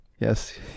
Yes